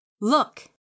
Look